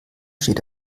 steht